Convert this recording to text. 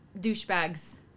douchebags